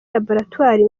laboratwari